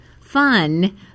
fun